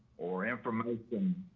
or information